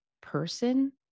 person